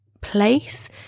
place